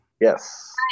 Yes